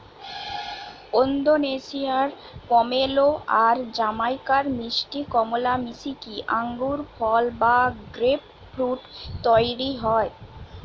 ওন্দোনেশিয়ার pomelo আর জামাইকার মিষ্টি কমলা মিশিকি আঙ্গুরফল বা গ্রেপফ্রূট তইরি হয়